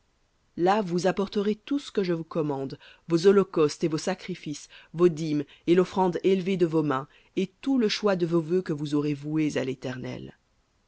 là vous apporterez tout ce que je vous commande vos holocaustes et vos sacrifices vos dîmes et l'offrande élevée de vos mains et tout le choix de vos vœux que vous aurez voués à l'éternel